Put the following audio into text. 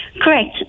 Correct